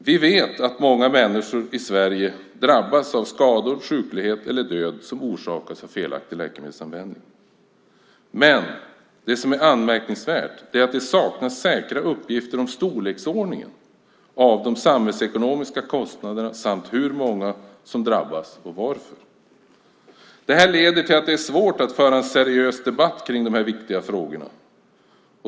Vi vet att många människor i Sverige drabbas av skador, sjuklighet eller död som orsakas av felaktig läkemedelsanvändning. Men det är anmärkningsvärt att det saknas säkra uppgifter om storleksordningen på de samhällsekonomiska kostnaderna samt hur många som drabbas och varför. Det här leder till att det är svårt att föra en seriös debatt om de här viktiga frågorna.